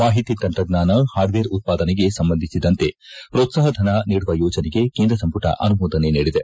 ಮಾಹಿತಿ ತಂತ್ರಜ್ಞಾನ ಪಾರ್ಡ್ವೇರ್ ಉತ್ಪಾದನೆಗೆ ಸಂಬಂಧಿಸಿದಂತೆ ಪ್ರೋತ್ಸಾಪಧನ ನೀಡುವ ಯೋಜನೆಗೆ ಕೇಂದ್ರ ಸಂಪುಟ ಅನುಮೋದನೆ ನೀಡಿದೆ